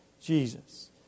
Jesus